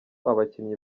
abakinnyi